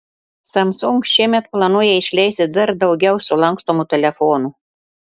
samsung šiemet planuoja išleisti dar daugiau sulankstomų telefonų